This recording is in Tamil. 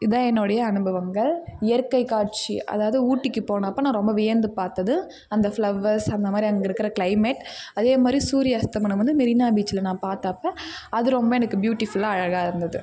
இதான் என்னோடைய அனுபவங்கள் இயற்கை காட்சி அதாவது ஊட்டிக்கு போனப்போ நான் ரொம்ப வியந்து பார்த்தது அந்த ஃப்ளவ்வர்ஸ் அந்த மாதிரி அங்கே இருக்கிற கிளைமேட் அதே மாதிரி சூரியன் அஸ்தமனம் வந்து மெரினா பீச்சில் நான் பார்த்தப்ப அது ரொம்ப எனக்கு பியூட்டிஃபுல்லாக அழகாக இருந்தது